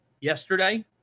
yesterday